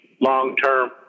long-term